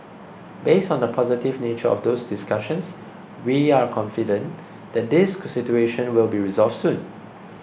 based on the positive nature of those discussions we are confident that this situation will be resolved soon